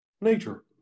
Nature